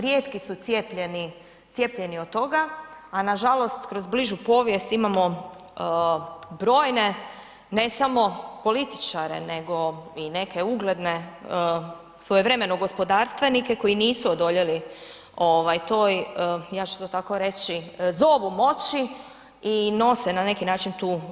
Rijetki su cijepljeni od toga, a nažalost kroz bližu povijest imamo brojne ne samo političare nego i neke ugledne svojevremeno gospodarstvenike koji nisu odoljeli ovaj to, ja ću to tako reći, zovu moći i nose na neki način tu dijagnozu.